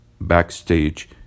backstage